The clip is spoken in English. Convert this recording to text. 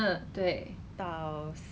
I am feeling